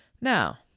Now